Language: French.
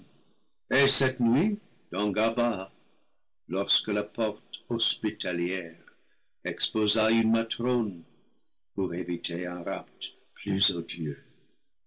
et cette nuit dans gabaa lorsque la porte hospitalière exposa une matrone pour éviter un rapt